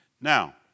Now